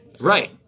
right